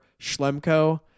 Schlemko